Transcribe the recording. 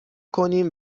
کنیم